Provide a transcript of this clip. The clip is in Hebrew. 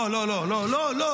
לא, לא, לא.